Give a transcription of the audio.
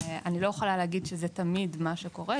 אני לא אומרת שזה תמיד מה שקורה.